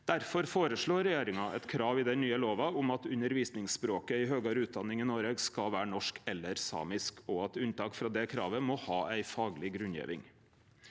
Difor føreslår regjeringa eit krav i den nye lova om at undervisningsspråket i høgare utdanning i Noreg skal vere norsk eller samisk, og at unntak frå det kravet må ha ei fagleg grunngjeving.